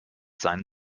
seinen